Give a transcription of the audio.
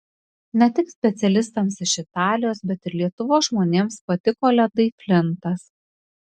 ne tik specialistams iš italijos bet ir lietuvos žmonėms patiko ledai flintas